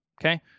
okay